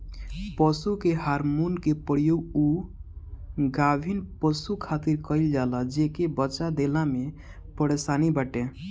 पशु के हार्मोन के प्रयोग उ गाभिन पशु खातिर कईल जाला जेके बच्चा देला में परेशानी बाटे